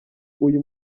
uyu